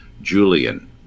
Julian